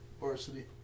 varsity